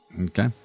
Okay